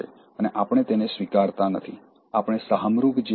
અને આપણે તેમને સ્વીકારતા નથી આપણે શાહમૃગ જેવા છીએ